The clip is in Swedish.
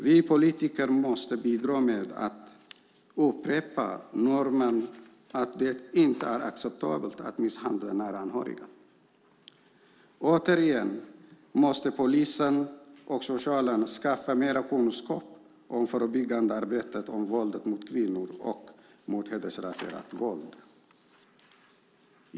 Vi politiker måste bidra med att upprepa att det inte är acceptabelt att misshandla nära anhöriga. Återigen måste polisen och socialen skaffa mer kunskap om förebyggande arbete mot våld mot kvinnor och hedersrelaterat våld.